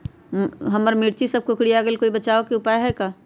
हमर मिर्ची सब कोकररिया गेल कोई बचाव के उपाय है का?